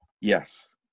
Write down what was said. Yes